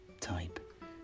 type